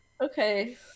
Okay